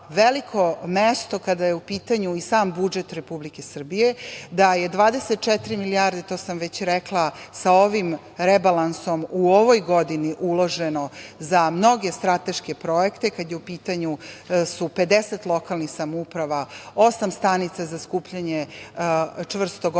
veliko mesto kada je u pitanju i sam budžet Republike Srbije, da je 24 milijarde, to sam već rekla, sa ovim rebalansom u ovoj godini uloženo za mnoge strateške projekte, kada je u pitanju 50 lokalnih samouprava, osam stanica za skupljanje čvrstog otpada.